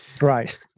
Right